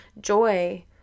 joy